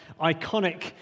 iconic